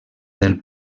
del